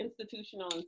institutional